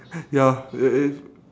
ya eh eh